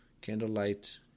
Candlelight